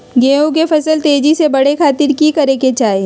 गेहूं के फसल तेजी से बढ़े खातिर की करके चाहि?